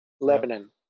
Lebanon